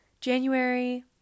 January